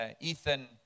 Ethan